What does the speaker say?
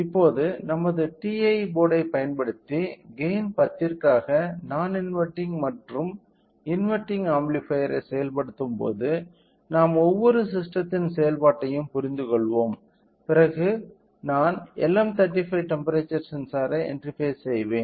இப்போது நமது TI போர்டைப் பயன்படுத்தி கெய்ன் 10 ற்காக நான் இன்வெர்டிங் மற்றும் இன்வெர்டிங் ஆம்ப்ளிஃபையர் ஐ செயல்படுத்தும்போது நாம் ஒவ்வொரு ஸிஸ்டத்தின் செயல்பாட்டையும் புரிந்துகொள்வோம் பிறகு நான் LM35 டெம்ப்பெரேச்சர் சென்சாரை இன்டெர்பெஸ் செய்வேன்